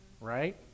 right